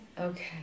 Okay